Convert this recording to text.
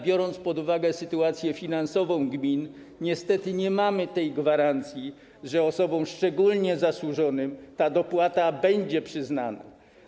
Biorąc pod uwagę sytuację finansową gmin, niestety nie mamy gwarancji, że osobom szczególnie zasłużonym ta dopłata będzie przyznana.